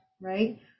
right